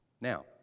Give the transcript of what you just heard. Now